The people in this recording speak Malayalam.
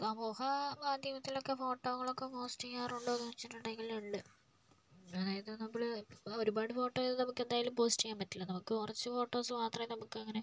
സമൂഹ മാധ്യമത്തിലൊക്കെ ഫോട്ടോകളൊക്കേ പോസ്റ്റ് ചെയ്യാറുണ്ടോ എന്ന് ചോദിച്ചിട്ടുണ്ടെങ്കിൽ ഉണ്ട് അതായത് നമ്മൾ ഒരുപാട് ഫോട്ടോയോക്കെ നമുക്കെന്തായാലും പോസ്റ്റ് ചെയ്യാൻ പറ്റില്ല നമുക്ക് കുറച്ച് ഫോട്ടോസ് മാത്രമേ നമുക്കങ്ങനെ